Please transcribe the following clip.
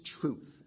truth